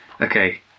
Okay